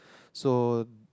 soon